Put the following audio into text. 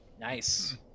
Nice